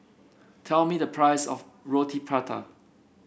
tell me the price of Roti Prata